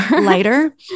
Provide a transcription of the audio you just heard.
lighter